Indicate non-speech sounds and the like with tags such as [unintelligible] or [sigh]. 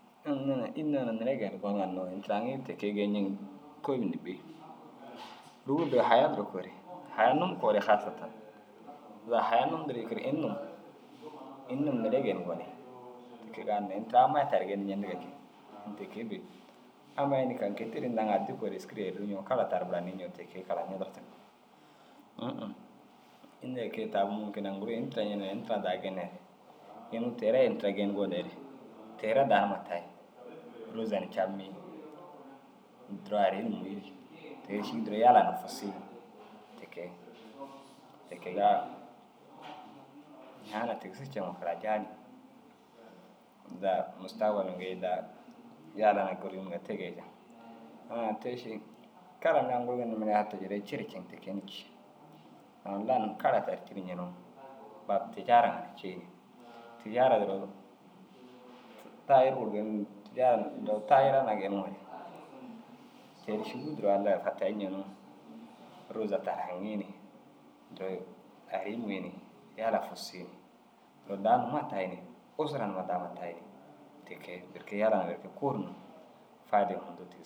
[unintelligible] înni yoo na neere i geenim goniŋa hinnoo ini tira aŋii ti kee geeyi ñeŋ kôoli na bêyi. Rûgur duro haya duro koore haya num koore haasa tan zaga haya num ndirii yikuure ini num. Ini num neere i geeni gonii tikagaa hinne ini tira amma i tayi raa geeyindu ñendigaa kege ini ti kee bêyi. Amma i unnu [unintelligible] inda aŋ addi koore êski ru erii ñoo kara tar buranii ñoo ti kee kara ñidirtig. Ũũ-ũ înni na kee tammoo mûnkin aŋ guru i ini tira ñeneere ini tira daa geenere inuu te raa ini tira geenum goneere tiraa daa numa tayii. Rôza na camii duro arii muyii te ru šîgi duro yala na fusii ti kee. Ti kegaa ñaana tigisu ceŋoo karajaa ni daa mustagbal gii daa yala hunaa gurunu ŋa te geejaa. Ã-ã te ši kara mire aŋ guru ginna mire a to duro circeŋ ti kee na cii. Aŋ lanum kara tar cir ñenoo bab tijaara ŋa ni cii, tijaara duro taajir buru geeniŋ tijaara duro taajira naa geeniŋoore teri šîguu duro Allai fatayi ñenoo rôza tar haŋii ni duro arii muwii ni yala fusii ni duro daa numa tayii ni usura numa daa huma tayii ni. Te kee berke yala naa berke kuu ni fayide hundu tig